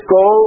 go